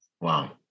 Wow